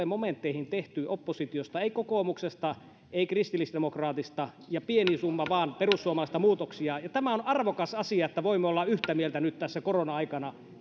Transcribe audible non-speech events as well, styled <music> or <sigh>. <unintelligible> momentteihin tehty oppositiosta muutoksia ei kokoomuksesta ei kristillisdemokraateista ja pieni summa vain perussuomalaisten muutoksia tämä on arvokas asia että voimme olla yhtä mieltä nyt korona aikana